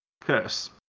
curse